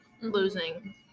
losing